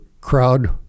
crowd